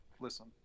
listen